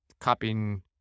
copying